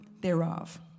thereof